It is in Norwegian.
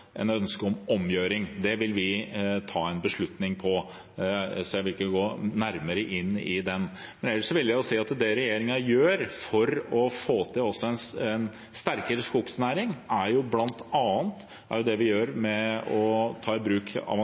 ønske om omgjøring. Det vil vi ta en beslutning om, så jeg vil ikke gå nærmere inn på det. Ellers vil jeg si at det regjeringen gjør for å få til en sterkere skogsnæring, er bl.a. det vi gjør med å ta i bruk